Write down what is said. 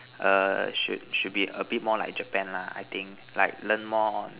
err should should be a bit more like Japan lah I think like learn more on